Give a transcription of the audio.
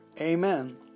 Amen